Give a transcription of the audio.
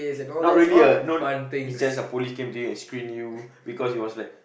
not really ah no is just a police came to you and screen you because he was like